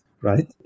right